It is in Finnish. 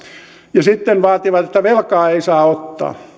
ja sitten vaativat että velkaa ei saa ottaa